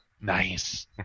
Nice